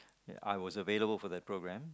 I was available for the program